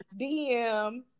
DM